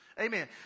Amen